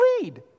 lead